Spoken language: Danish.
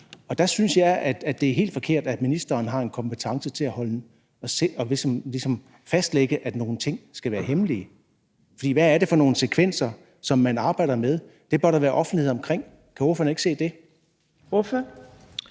Der synes jeg, at det er helt forkert, at ministeren har en kompetence til at fastlægge, at nogle ting skal være hemmelige. For hvad er det for nogle sekvenser, som man arbejder med? Det bør der være offentlighed omkring. Kan ordføreren ikke se det? Kl.